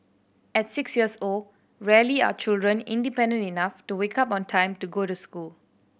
at six years old rarely are children independent enough to wake up on time to go to school